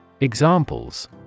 Examples